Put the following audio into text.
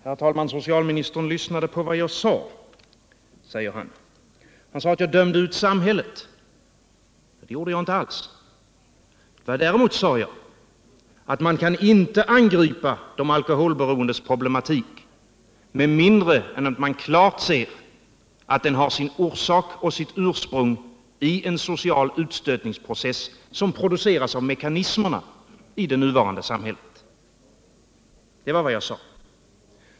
Herr talman! Socialminister Gustavsson lyssnade till vad jag sade, säger han. Men han sade att jag dömer ut samhället. Det gjorde jag inte alls. Däremot sade jag att man inte kan angripa de alkoholberoendes problematik med mindre än att man klart ser att den har sin orsak och sitt ursprung i en social utstötningsprocess som produceras av mekanismerna i dagens samhälle. Det var vad jag sade.